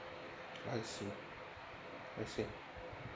I see I see